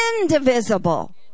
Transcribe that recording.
Indivisible